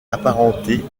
apparentée